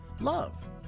Love